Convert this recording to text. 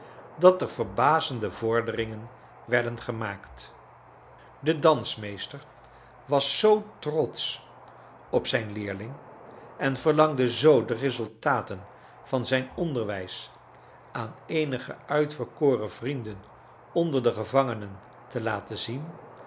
dat er verbazende vorderingen werden gemaakt de dansmeester was zoo trotsch op zijn leerling en verlangde zoo de resultaten van zijn onderwijs aan eenige uitverkoren vrienden onder de gevangenen te laten zien